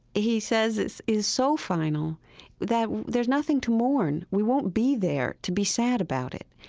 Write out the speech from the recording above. he says, is is so final that there's nothing to mourn. we won't be there to be sad about it.